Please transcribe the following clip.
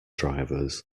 drivers